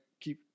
keep